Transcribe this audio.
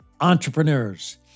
entrepreneurs